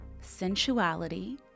sensuality